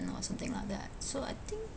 you know something like that so I think